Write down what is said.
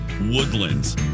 Woodlands